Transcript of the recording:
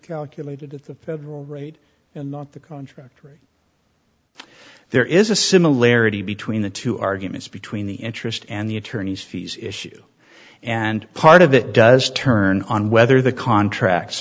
calculated at the federal rate and not the contradictory so there is a similarity between the two arguments between the interest and the attorneys fees issue and part of it does turn on whether the contract